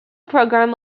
program